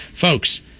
Folks